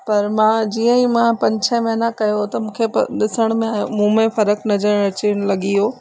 पर मां जीअं ई मां पंज छह महीना कयो त मूंखे ॾिसण में आयो मूं में फ़र्क़ु नज़रु अचणु लॻी वियो